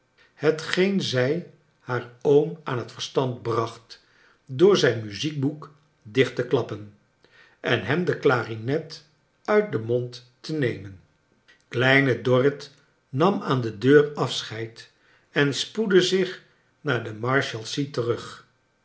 hetgeen zij haar oom aan het verstand bracht door zijn muziekboek dicht te klappen en hem de clarinet nit den mond te nemen kleine dorrit nam aan de deur afscheid en spoedde zich naar de marshalsea terug